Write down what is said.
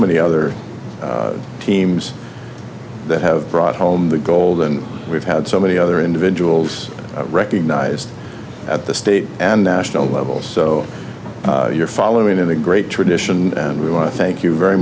many other teams that have brought home the gold and we've had so many other individuals recognized at the state and no levels so you're following in a great tradition and we want to thank you very